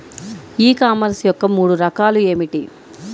ఈ కామర్స్ యొక్క మూడు రకాలు ఏమిటి?